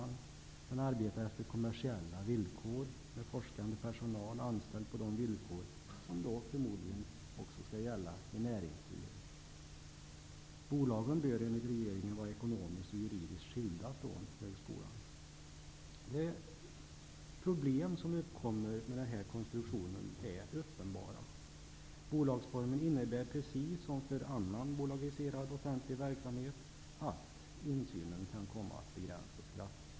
Men de skall arbeta på kommersiella villkor, med forskande personal anställd på de villkor som förmodligen också skall gälla i näringslivet. Bolagen bör, enligt regeringen, vara ekonomiskt och juridiskt skilda från högskolan. De problem som uppkommer i och med den här konstruktionen är uppenbara. Bolagsformen innebär, precis som för annan bolagiserad offentlig verksamhet, att insynen kan bli kraftigt begränsad.